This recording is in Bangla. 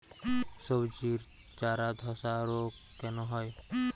সবজির চারা ধ্বসা রোগ কেন হয়?